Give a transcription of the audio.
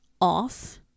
off